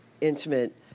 intimate